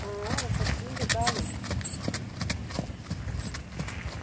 आं तूगी बी सद्दा के